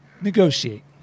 Negotiate